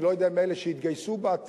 אני לא יודע מי אלה שיתגייסו בעתיד,